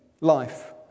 life